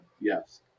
Yes